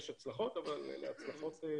יש הצלחות אבל אלה הצלחות,